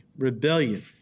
Rebellion